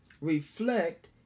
Reflect